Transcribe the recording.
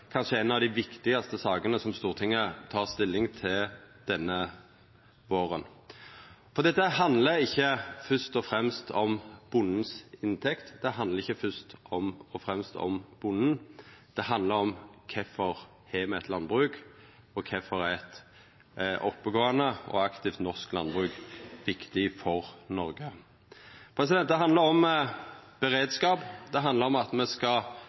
kanskje ei av dei viktigaste sakene som Stortinget tek stilling til denne våren. Dette handlar ikkje først og fremst om bondens inntekt, det handlar ikkje først og fremst om bonden, det handlar om kvifor vi har eit landbruk og kvifor eit oppegåande og aktivt norsk landbruk er viktig for Noreg. Det handlar om beredskap. Det handlar om at me skal